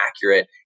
accurate